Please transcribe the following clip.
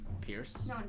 Pierce